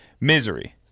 Misery